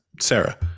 Sarah